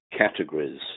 categories